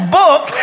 book